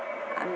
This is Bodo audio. आंनि